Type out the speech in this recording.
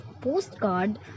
postcard